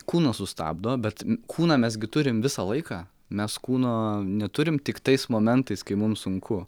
kūnas sustabdo bet kūną mes gi turim visą laiką mes kūno neturime tik tais momentais kai mums sunku